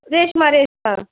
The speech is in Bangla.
রেশমা রেশমা